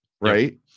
right